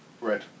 Red